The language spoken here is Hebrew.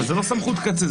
אבל זה לא סמכות קצה.